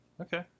Okay